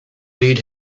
read